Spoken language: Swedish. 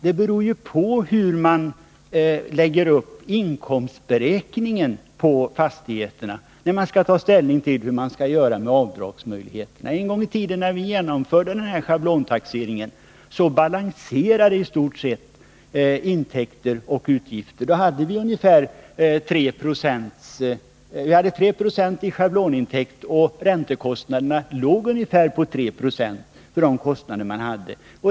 Det beror på hur man lägger upp inkomstberäkningen för fastigheterna när man skall ta ställning till hur man skall göra med avdragsmöjligheterna. En gång i tiden när vi genomförde schablontaxeringen så balanserade intäkter och utgifter i stort sett. Då hade vi 3 90 i schablonintäkt, och räntekostnaderna låg på ungefär 3 Jo.